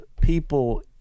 people